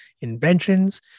inventions